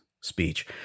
speech